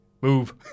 move